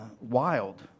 wild